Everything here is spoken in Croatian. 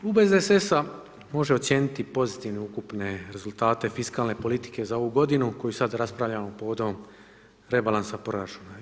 Klub SDSS-a može ocijeniti pozitivnim ukupne rezultate fiskalne politike za ovu godinu koju sada raspravljamo povodom rebalansa proračuna.